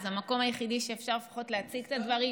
אז המקום היחידי שאפשר לפחות להציג את הדברים,